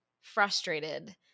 frustrated